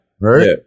Right